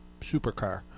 supercar